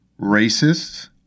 racists